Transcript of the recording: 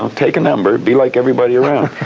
um take a number, be like everybody around.